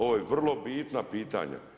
Ovo je vrlo bitna pitanja.